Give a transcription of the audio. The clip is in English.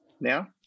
now